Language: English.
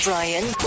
Brian